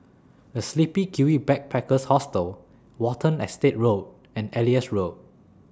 The Sleepy Kiwi Backpackers Hostel Watten Estate Road and Elias Road